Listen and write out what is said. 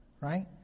Right